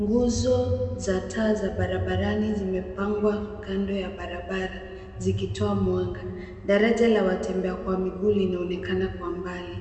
Nguzo za taa za barabarani zimepangwa kando ya barabara zikitoa mwanga. Daraja la watembea kwa miguu linaonekana kwa mbali.